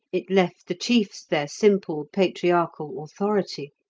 it left the chiefs their simple patriarchal authority,